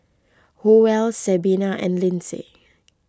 Howell Sabina and Lindsey